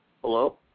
hello